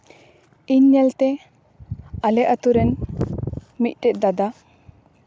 ᱤᱧ ᱧᱮᱞᱛᱮ ᱟᱞᱮ ᱟᱛᱳᱨᱮᱱ ᱢᱤᱫᱴᱮᱡ ᱫᱟᱫᱟ